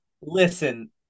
Listen